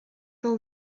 del